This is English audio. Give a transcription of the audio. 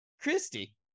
Christy